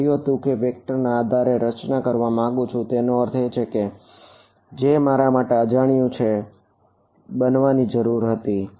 મેં કહ્યું હતું કે હું વેક્ટર બનવાની જરૂર હતી